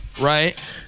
Right